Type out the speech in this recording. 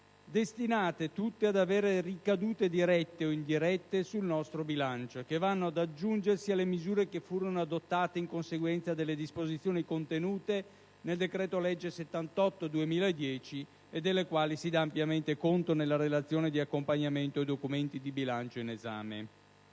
destinate tutte ad avere ricadute dirette o indirette sul nostro bilancio e che vanno ad aggiungersi alle misure che furono adottate in conseguenza delle disposizioni contenute nel decreto-legge n. 78 del 2010, delle quali si dà ampiamente conto nella relazione di accompagnamento ai documenti di bilancio in esame.